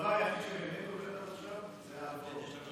הדבר היחיד שבאמת עובד עד עכשיו זה ההלוואות.